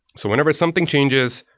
so whenever something changes,